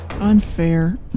Unfair